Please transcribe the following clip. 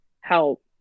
help